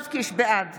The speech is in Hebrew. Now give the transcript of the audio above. בעד